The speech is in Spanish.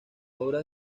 obras